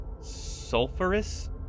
sulfurous